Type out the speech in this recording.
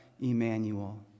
Emmanuel